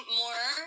more